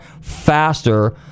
faster